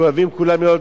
אוהבים כולם להיות,